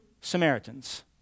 Samaritans